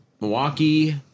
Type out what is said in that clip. Milwaukee